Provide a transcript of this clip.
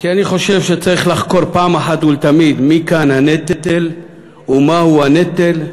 כי אני חושב שצריך לחקור פעם אחת ולתמיד מי כאן הנטל ומהו הנטל,